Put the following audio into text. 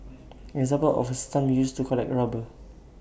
an example of A stump used to collect rubber